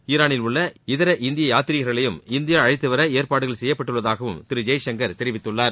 ஈரானில் உள்ள இதர இந்திய யாத்திரீகர்களையும் இந்தியா அழைத்து வர ஏற்பாடுகள் செய்யப்பட்டுள்ளதாகவும் திரு ஜெய்சங்கர் தெரிவித்துள்ளார்